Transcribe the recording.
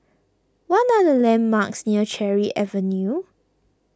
what are the landmarks near Cherry Avenue